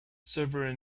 several